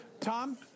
Tom